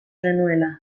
genuela